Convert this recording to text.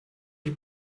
die